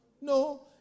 No